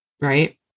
right